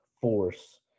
force